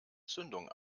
zündung